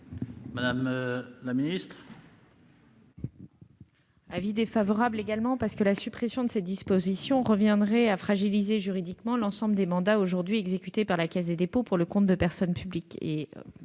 Gouvernement ? L'avis est également défavorable. La suppression de cette disposition reviendrait à fragiliser juridiquement l'ensemble des mandats aujourd'hui exécutés par la Caisse des dépôts pour le compte de personnes publiques.